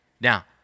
Now